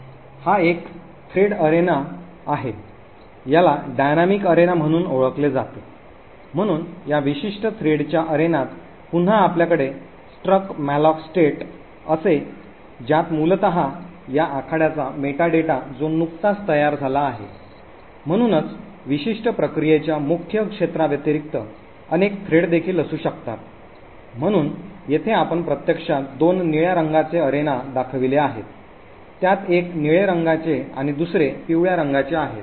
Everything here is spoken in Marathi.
हा एक थ्रेड अरेना आहे याला डायनॅमिक अरेना म्हणून ओळखले जाते म्हणून या विशिष्ट थ्रेडच्या अरेनात पुन्हा आपल्याकडे struck malloc state असते ज्यात मूलत या आखाड्याचा मेटा डेटा जो नुकताच तयार झाला आहे म्हणूनच विशिष्ट प्रक्रियेच्या मुख्य क्षेत्राव्यतिरिक्त अनेक थ्रेडदेखील असू शकतात म्हणून येथे आपण प्रत्यक्षात दोन निळ्या रंगांचे अरेना दाखविले आहे त्यात एक निळे रंगाचे आणि दुसरे पिवळ्या रंगाचे आहेत